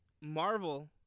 Marvel